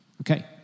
Okay